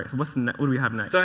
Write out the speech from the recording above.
ah what do we have next?